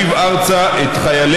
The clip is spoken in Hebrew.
ההצעה להעביר את הצעת חוק הגנת הצרכן (תיקון מס' 61)